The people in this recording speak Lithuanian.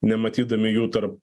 nematydami jų tarp